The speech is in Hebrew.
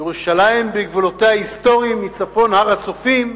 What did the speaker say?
ירושלים בגבולותיה ההיסטוריים, מצפון הר-הצופים,